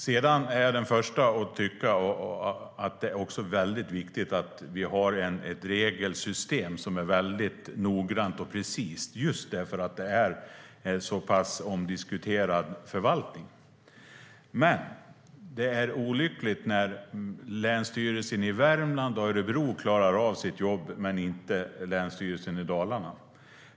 Jag är den förste att tycka att det också är viktigt att vi har ett regelsystem som är noggrant och precist just eftersom det är en så pass omdiskuterad förvaltning. Det är dock olyckligt när Länsstyrelserna i Värmland och Örebro klarar av sitt jobb men inte Länsstyrelsen i Dalarna.